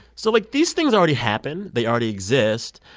so like, these things already happen. they already exist.